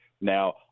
Now